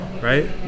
right